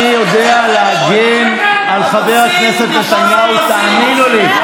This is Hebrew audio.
אני יודע להגן על חבר הכנסת נתניהו, תאמינו לי.